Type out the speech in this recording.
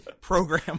program